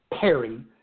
Perry